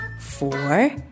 four